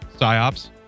PsyOps